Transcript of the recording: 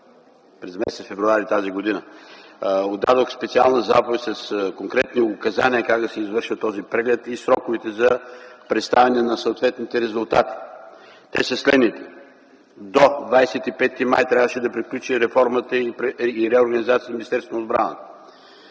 през м. февруари 2010 г. Отдадох специална заповед с конкретни указания как да се извършва този преглед и сроковете за представяне на съответните резултати. Те са следните: до 25 май трябваше да приключи реформата и реорганизацията на Министерството на отбраната,